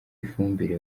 ifumbire